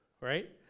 right